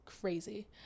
Crazy